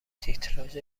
تیتراژ